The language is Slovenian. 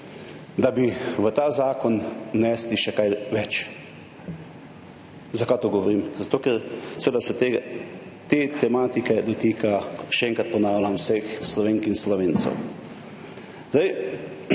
da bi v ta zakon vnesli še kaj več. Zakaj to govorim? Zato, ker se ta tematike dotika, še enkrat ponavljam, vseh Slovenk in Slovencev. Zdaj